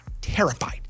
terrified